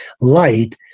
Light